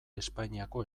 espainiako